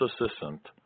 assistant